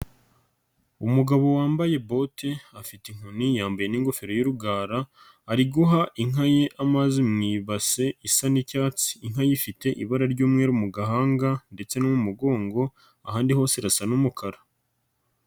Umugabo wambaye bote afite inkoni yambaye n'ingofero y'urugara, ari guha inka ye amazi mu ibase isa n'icyatsi, inka ye ifite ibara ry'umweru mu gahanga ndetse no mu mugongo, ahandi hose irasa n'umukara.